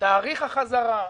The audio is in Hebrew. תאריך החזרה.